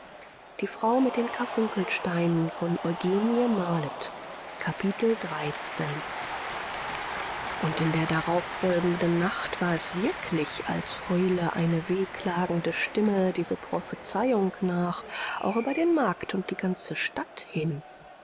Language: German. und in der darauffolgenden nacht war es wirklich als heule eine wehklagende stimme diese prophezeiung nach auch über den markt und die ganze stadt hin